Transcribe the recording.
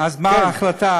אז מה ההחלטה?